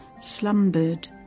slumbered